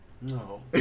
No